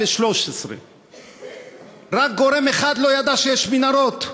2013. רק גורם אחד לא ידע שיש מנהרות,